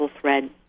thread